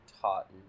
taught